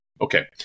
Okay